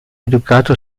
educato